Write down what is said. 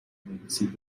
مینویسید